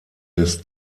des